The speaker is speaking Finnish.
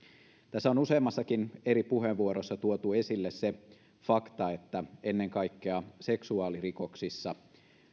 tässä on useammassakin eri puheenvuorossa tuotu esille se fakta että ennen kaikkea seksuaalirikoksissa